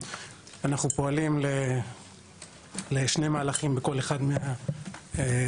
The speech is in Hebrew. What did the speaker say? אנחנו פועלים לשני מהלכים בכל אחד מהפרויקטים.